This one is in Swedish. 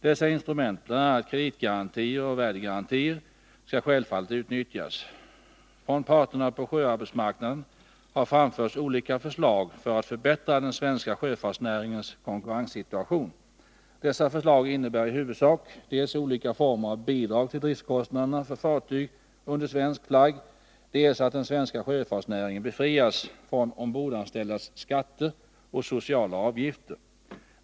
Dessa instrument — bl.a. kreditgarantier och värdegarantier — skall självfallet utnyttjas. Från parterna på sjöarbetsmarknaden har framförts olika förslag för att förbättra den svenska sjöfartsnäringens konkurrenssituation. Dessa förslag innebär i huvudsak dels olika former av bidrag till driftskostnaderna för fartyg under svensk flagg, dels att den svenska sjöfartsnäringen befrias från ombordanställdas skatter och sociala avgifter.